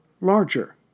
larger